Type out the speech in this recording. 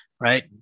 right